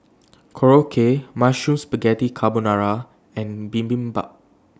Korokke Mushroom Spaghetti Carbonara and Bibimbap